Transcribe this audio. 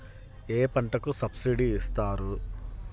ఏ పంటకు సబ్సిడీ ఇస్తారు?